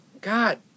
God